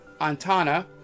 Antana